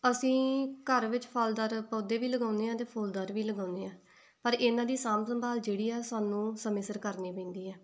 ਅਸੀਂ ਘਰ ਵਿੱਚ ਫ਼ਲਦਾਰ ਪੌਦੇ ਵੀ ਲਗਾਉਂਦੇ ਹਾਂ ਅਤੇ ਫੁੱਲਦਾਰ ਵੀ ਲਗਾਉਂਦੇ ਹਾਂ ਪਰ ਇਹਨਾਂ ਦੀ ਸਾਂਭ ਸੰਭਾਲ ਜਿਹੜੀ ਆ ਸਾਨੂੰ ਸਮੇਂ ਸਿਰ ਕਰਨੀ ਪੈਂਦੀ ਹੈ